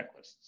checklists